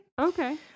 Okay